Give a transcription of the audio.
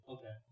Okay